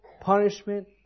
punishment